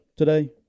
today